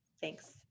Thanks